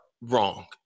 wrong